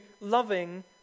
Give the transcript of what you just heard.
loving